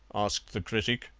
asked the critic.